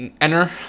enter